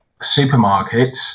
supermarkets